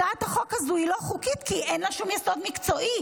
הצעת החוק הזו היא לא חוקית כי אין לה שום יסוד מקצועי.